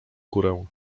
górę